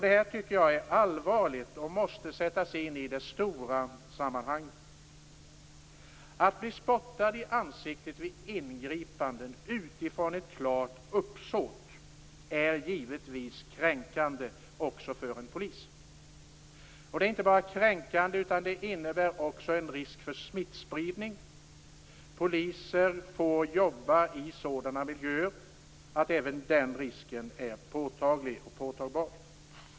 Det här är allvarligt, och det måste sättas in i det stora sammanhanget. Att bli spottad i ansiktet vid ingripanden utifrån ett klart uppsåt är givetvis kränkande också för en polis. Det är inte bara kränkande, utan det innebär också en risk för smittspridning. Poliser får jobba i sådana miljöer att även den risken är påtaglig.